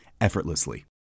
effortlessly